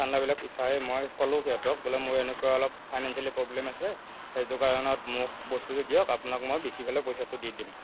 ঠাণ্ডাবিলাক উঠাই মই কলোঁ সিহঁতক বোলো মোৰ এনেকুৱা অলপ ফাইনেন্সিয়েলি প্ৰব্লেম আছে সেইটো কাৰণত মোক বস্তুটো দিয়ক আপোনাক মই বিক্ৰী পেলাই পইচাটো দি দিম